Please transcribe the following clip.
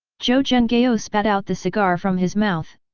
zhou zhenghao spat out the cigar from his mouth,